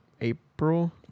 April